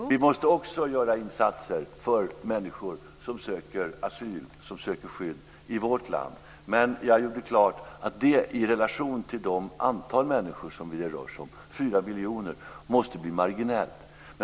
Fru talman! Nej, det är inte rätt. Vi måste också göra insatser för människor som söker asyl, som söker skydd, i vårt land. Men jag gjorde klart att det i relation till det antal människor som det rör sig om, 4 miljoner, måste bli marginellt.